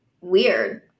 weird